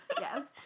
Yes